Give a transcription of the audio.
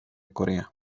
corea